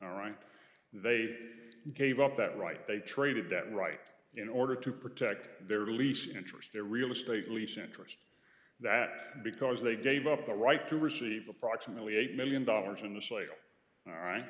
right they gave up that right they traded that right in order to protect their lease interest their real estate lease interest that because they gave up their right to receive approximately eight million dollars in the sale all right